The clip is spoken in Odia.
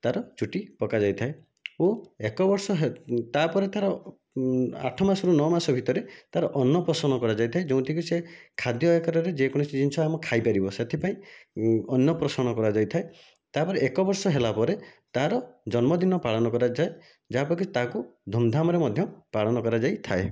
ତା'ର ଚୁଟି ପକାଯାଇଥାଏ ଓ ଏକବର୍ଷ ତା'ପରେ ତା'ର ଆଠମାସରୁ ନଅମାସ ଭିତରେ ତା'ର ଅନ୍ନପ୍ରସନ କରାଯାଇଥାଏ ଯେଉଁଠି କି ସେ ଖାଦ୍ୟ ଆକାରରେ ବି ଯେକୌଣସି ଜିନିଷ ଆମେ ଖାଇପାରିବା ସେଥିପାଇଁ ଅନ୍ନପ୍ରସନ କରାଯାଇଥାଏ ତା'ପରେ ଏକବର୍ଷ ହେଲାପରେ ତା'ର ଜନ୍ମଦିନ ପାଳନ କରଯାଏ ଯାହାକି ତାହାକୁ ଧୂମଧାମରେ ପାଳନ କରାଯାଇଥାଏ